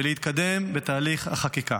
ולהתקדם בתהליך החקיקה.